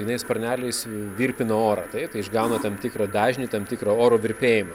jinai sparneliais virpina orą taip tai išgauna tam tikrą dažnį tam tikrą oro virpėjimą